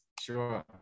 Sure